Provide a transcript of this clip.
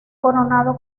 coronado